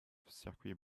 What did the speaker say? circuit